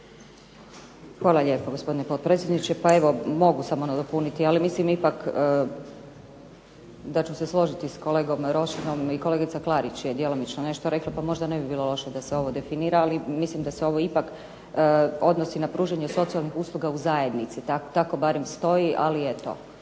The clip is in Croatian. Hvala lijepo gospodine potpredsjedniče. Pa evo mogu samo nadopuniti, mislim ipak da ću se složiti s kolegom Rošinom i kolegica Klarić je djelomično nešto rekla, pa možda ne bi bilo loše da se ovo definira, ali mislim ipak da se ovo odnosi na pružanje socijalnih usluga u zajednici, tako barem stoji, ali eto.